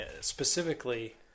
specifically